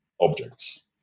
objects